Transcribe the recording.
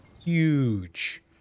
Huge